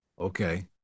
Okay